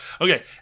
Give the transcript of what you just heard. Okay